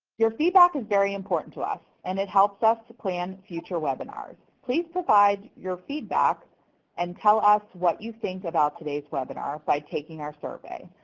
your feedback is very important to us, and it helps us to plan future webinars. please provide your feedback and tell us what you think about today's webinar by taking our survey.